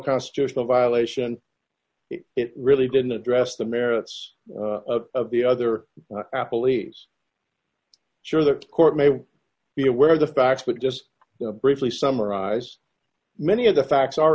constitutional violation it really didn't address the merits of the other apple leaves sure the court may be aware of the facts but just briefly summarize many of the facts are